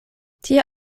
tia